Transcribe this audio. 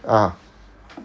ah